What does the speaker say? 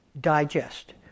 digest